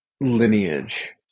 lineage